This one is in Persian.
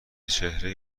چهره